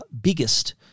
biggest